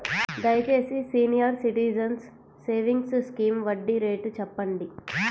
దయచేసి senior citizens savings scheme వడ్డీ rate చెప్పండి